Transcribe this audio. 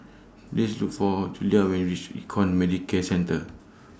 Please Look For Julia when YOU REACH Econ Medicare Centre